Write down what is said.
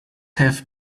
have